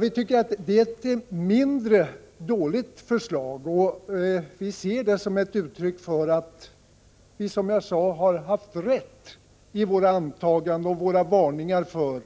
Vi tycker att det är ett mindre dåligt förslag och ser det som ett uttryck för att vi, som jag sade, har haft rätt i våra antaganden och våra varningar — att förslaget